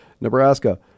Nebraska